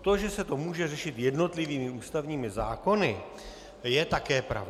To, že se to může řešit jednotlivými ústavními zákony, je také pravda.